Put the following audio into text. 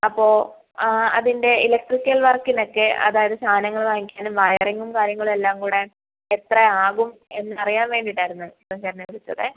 അപ്പോൾ അതിൻ്റെ ഇലക്ട്രിക്കൽ വർക്കിനക്കെ അതായത് സാധനങ്ങൾ വാങ്ങിക്കാനും വയറിങ്ങും കാര്യങ്ങളുവെല്ലാം കൂടെ എത്ര ആകും എന്നറിയാൻ വേണ്ടിയിട്ടായിരുന്ന് ഞാൻ ചേട്ടനെ വിളിച്ചത്